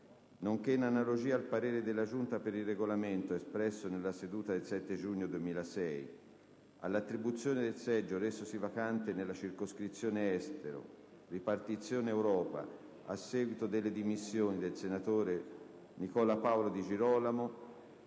nonché in analogia al parere della Giunta per il Regolamento espresso nella seduta del 7 giugno 2006, all'attribuzione del seggio resosi vacante nella Circoscrizione estero-ripartizione Europa, a seguito delle dimissioni del senatore Nicola Paolo Di Girolamo,